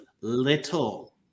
little